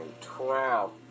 twelve